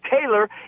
Taylor